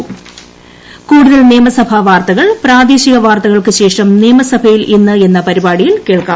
നിയമസഭയിൽ ഇന്ന് കൂടുതൽ നിയമസഭാ വാർത്തകൾ പ്രാദേശിക വാർത്തകൾക്ക് ശേഷം നിയമസഭയിൽ ഇന്ന് എന്ന് പരിപാടിയിൽ കേൾക്കാം